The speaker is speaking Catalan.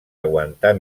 aguantar